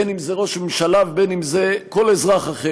בין אם זה ראש ממשלה ובין אם זה כל אחד אחר,